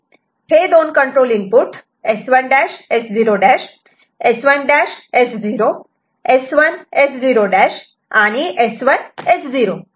हे दोन control input S1' S0' S1' S0 S1 S0' आणि S1 S0 अशा टर्म देते